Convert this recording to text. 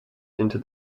into